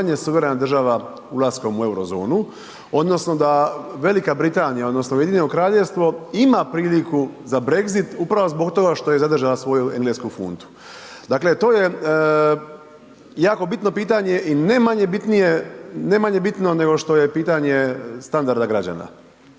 suverena država ulaskom u euro zonu odnosno da Velika Britanija odnosno Ujedinjeno Kraljevstvo ima priliku za Brexit upravo zbog toga što je zadržala svoju englesku funtu. Dakle to je jako bitno pitanje i ne manje bitno nego što je pitanje standarda građana.